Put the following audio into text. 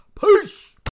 Peace